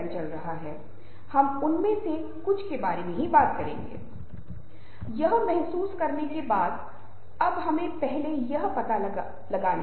Nobel बहुत Aristotelian है Socratic Socrates के समान है और रिफ्लेक्टिव प्लेटो की याद दिलाता है